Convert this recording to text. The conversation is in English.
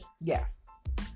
Yes